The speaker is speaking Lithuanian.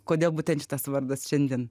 kodėl būtent šitas vardas šiandien